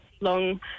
long